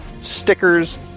stickers